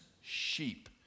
sheep